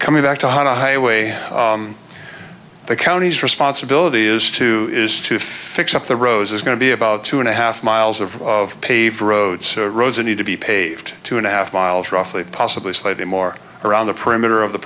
coming back to how the highway the county's responsibility is to is to fix up the rows is going to be about two and a half miles of of paved roads rosa need to be paved two and a half miles roughly possibly slightly more around the perimeter of the